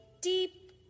deep